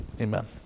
amen